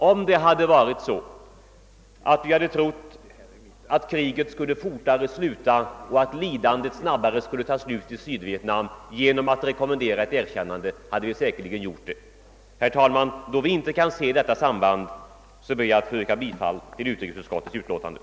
Om vi hade trott att kriget och lidandet snabbare skulle ta slut genom ett erkännande, hade vi säkerligen rekommenderat ett sådant. Herr talman! Jag ber att få yrka bifall till utrikesutskottets hemställan.